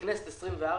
לכנסת ה-24